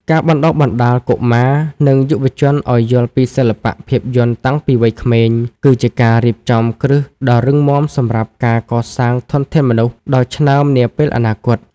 ការបណ្ដុះបណ្ដាលកុមារ និងយុវជនឱ្យយល់ពីសិល្បៈភាពយន្តតាំងពីវ័យក្មេង គឺជាការរៀបចំគ្រឹះដ៏រឹងមាំសម្រាប់ការកសាងធនធានមនុស្សដ៏ឆ្នើមនាពេលអនាគត។